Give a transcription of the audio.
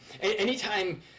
anytime